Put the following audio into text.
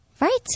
Right